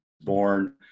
born